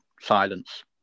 silence